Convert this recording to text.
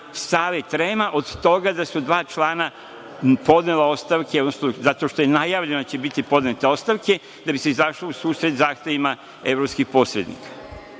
Savet REM-a, od toga da su dva člana podnela ostavke, zato što je najavljeno da će biti podnete ostavke, da bi se izašlo u susret evropskih posrednika.